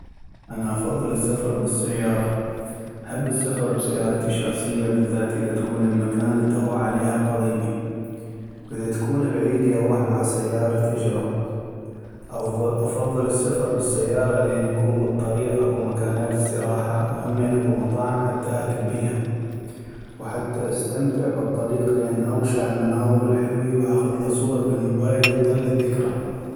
انا افضل السفر بالسيارة ، احب السفر بسيارتي الشخصيي بالذات اذا تكون المكان الدغوح عليها قغيبي ، واذا تكون بعيدي اغوح مع سيارة أجرة ، أفضل السفر بالسيارة لأن يكون بالطريق اكو مكانات استراحة وهمين اكو مطاعم حتى أكل بيها ، وحتى استمتع بالطريق لأن اغشع المناظر الحلوي وأخذله صور بالموبايل تضل للذكرى.